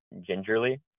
gingerly